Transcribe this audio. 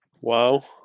Wow